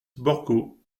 borgo